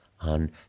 on